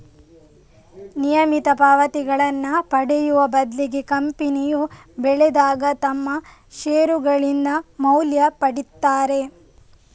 ನಿಯಮಿತ ಪಾವತಿಗಳನ್ನ ಪಡೆಯುವ ಬದ್ಲಿಗೆ ಕಂಪನಿಯು ಬೆಳೆದಾಗ ತಮ್ಮ ಷೇರುಗಳಿಂದ ಮೌಲ್ಯ ಪಡೀತಾರೆ